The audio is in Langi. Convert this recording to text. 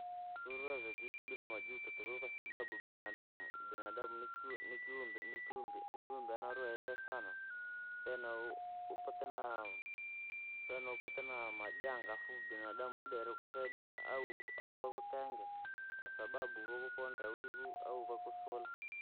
Siuri weza kuishi bila majuto tukuu kwasababu binadamu, binadamu nikiu nikiumbe aae narohoo yaiva sana, fyana upate naa fyana upate naa majanga, afu binadamu adere ukusaidira, au- auvavutenge, kwasababu wovukondera wivu au vakusola.